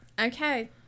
Okay